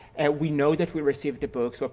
and we know that we received the books, ah